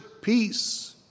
peace